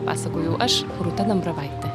pasakojau aš rūta dambravaitė